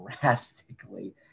drastically